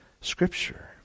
scripture